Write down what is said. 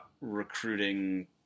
recruiting